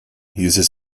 uses